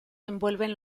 envuelven